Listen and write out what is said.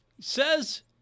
says